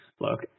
look